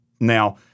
Now